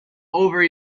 over